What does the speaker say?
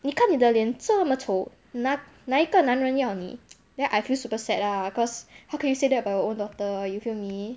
你看你的脸这么丑哪哪一个男人要你 then I feel super sad lah cause how can you say that about your own daughter you feel me